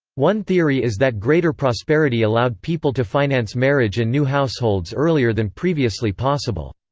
one theory is that greater prosperity allowed people to finance marriage and new households earlier than previously possible.